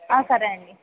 సరే అండి